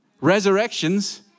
Resurrections